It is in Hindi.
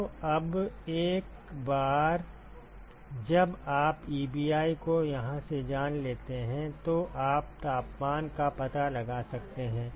तो एक बार जब आप Ebi को यहां से जान लेते हैं तो आप तापमान का पता लगा सकते हैं